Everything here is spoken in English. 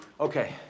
Okay